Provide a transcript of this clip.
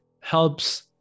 helps